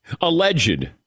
alleged